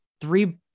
three